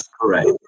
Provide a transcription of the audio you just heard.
Correct